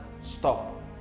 Stop